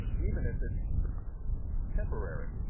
even if it's temporary.